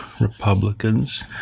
Republicans